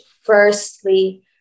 firstly